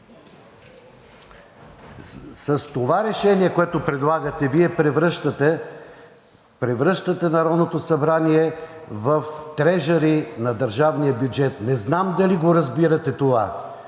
С това решение, което предлагате, Вие превръщате Народното събрание в трежъри на държавния бюджет – не знам дали го разбирате това